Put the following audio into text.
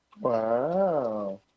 Wow